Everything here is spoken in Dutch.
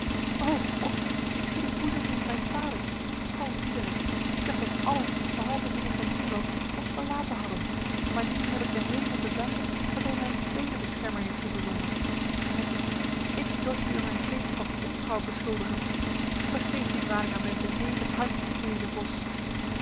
o god ik zie de boezemvriend mijns vaders o diederik ik dacht dat allen behalve mijnheer van nieuwland ons verlaten hadden maar nu heb ik de hemel te danken dat hij mij een tweede beschermer heeft toegezonden en ik ik dorst u in mijn geest van ontrouw beschuldigen vergeef die dwaling aan mijn benepen hart mijnheer de vos